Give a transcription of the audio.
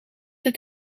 het